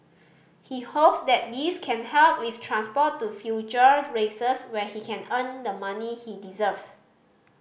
he hopes that this can help with transport to future races where he can earn the money he deserves